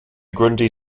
grundy